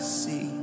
see